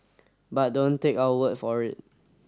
but don't take our word for it